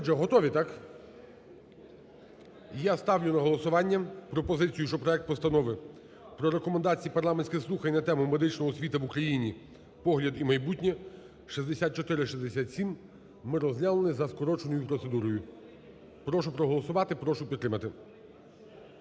Я ставлю на голосування пропозицію, щоб проект Постанови про Рекомендації парламентських слухань на тему: "Медична освіта в Україні: погляд у майбутнє" (6467) ми розглянули за скороченою процедурою. Прошу проголосувати, прошу підтримати.